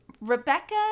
Rebecca